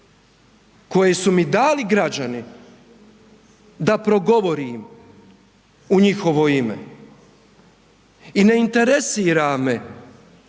koje su mi dali građani da progovorim u njihovo ime i ne interesira me